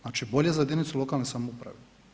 Znači bolje za jedinicu lokalne samouprave.